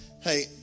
Hey